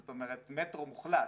זאת אומרת מטרו מוחלט